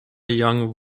young